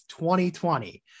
2020